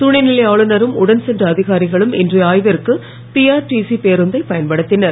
துணைநிலை ஆளுநரும் உடன் சென்ற அதிகாரிகளும் இன்றைய ஆய்விற்கு பிஆர்டிசி பேருந்தை பயன்படுத்தினர்